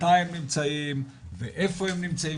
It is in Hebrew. מתי הם נמצאים ואיפה הם נמצאים.